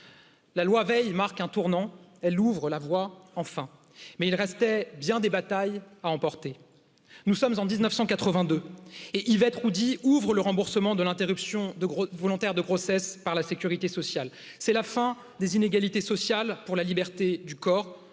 la loi veil marque un tournant elle ouvre la voie enfin mais il restait bien des batailles à emporter nous sommes en mille neuf cent quatre vingt deux et yvetot de de l'interruption de volontaires de grossesse par la sécurité sociale c'est la fin des inégalités sociales pour la liberté du corps